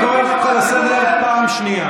אני קורא אותך לסדר פעם שנייה.